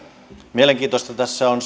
mielenkiintoista tässä on